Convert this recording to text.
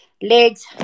legs